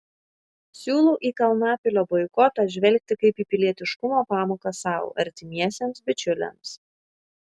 siūlau į kalnapilio boikotą žvelgti kaip į pilietiškumo pamoką sau artimiesiems bičiuliams